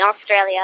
Australia